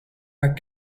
are